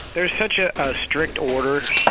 there's such a strict order,